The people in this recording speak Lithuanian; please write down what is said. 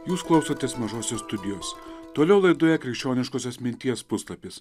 jūs klausotės mažosios studijos toliau laidoje krikščioniškosios minties puslapis